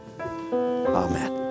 Amen